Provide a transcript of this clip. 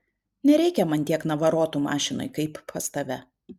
nereikia man tiek navarotų mašinoj kaip pas tave